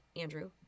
Andrew